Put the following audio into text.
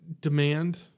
demand